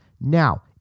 Now